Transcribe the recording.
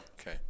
okay